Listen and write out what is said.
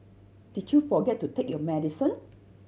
did you forget to take your medicine